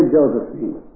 Josephine